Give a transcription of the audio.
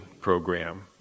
program